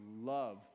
love